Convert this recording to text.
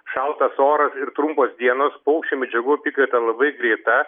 šaltas oras ir trumpos dienos paukščių medžiagų apykaita labai greita